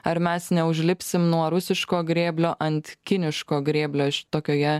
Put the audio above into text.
ar mes neužlipsim nuo rusiško grėblio ant kiniško grėblio šitokioje